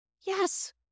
Yes